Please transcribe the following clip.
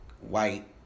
white